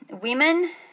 women